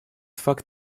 факт